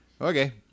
okay